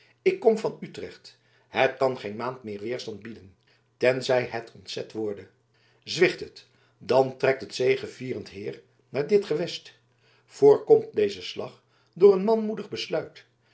ik kom van utrecht het kan geen maand meer weerstand bieden tenzij het ontzet worde zwicht het dan trekt het zegevierend heir naar dit gewest voorkomt dezen slag door een manmoedig besluit